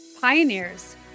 pioneers